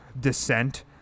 descent